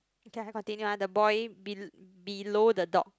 okay I continue ah the boy bel~ below the dog